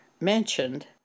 mentioned